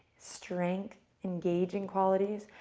strength, engaging qualities,